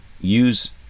use